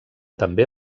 també